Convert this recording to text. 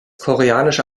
koreanische